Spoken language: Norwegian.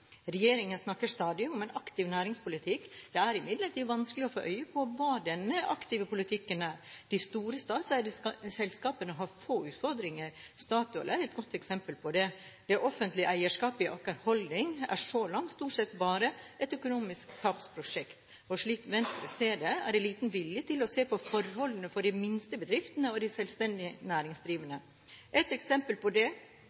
Regjeringen snakker stadig om en aktiv næringspolitikk. Det er imidlertid vanskelig å få øye på hva denne aktive politikken er. De store, statseide selskapene har få utfordringer. Statoil er et godt eksempel på det. Det offentlige eierskapet i Aker Holding er så langt stort sett bare et økonomisk tapsprosjekt, og slik Venstre ser det, er det liten vilje til å se på forholdene for de minste bedriftene og de selvstendig næringsdrivende. Et eksempel på det